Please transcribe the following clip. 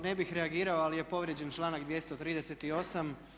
Ne bih reagirao ali je povrijeđen članak 238.